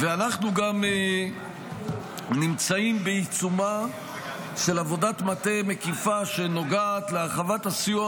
ואנחנו גם נמצאים בעיצומה של עבודת מטה מקיפה שנוגעת להרחבת הסיוע